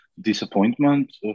disappointment